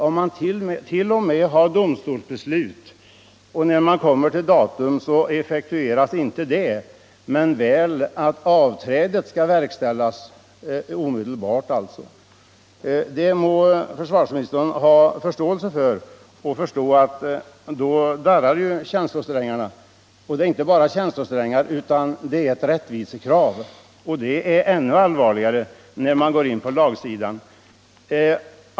Det finns t.o.m. ett domstolsbeslut, och när fastställt datum är inne effektueras inte detta beslut, men avträdet skall verkställas omedelbart. Försvarsministern må ha förståelse för att då darrar känslosträngarna. Det gäller inte bara känslosträngar utan ett rättvisekrav, och det är ännu allvarligare när man kommer in på lagsidan.